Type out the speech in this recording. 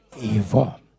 Evil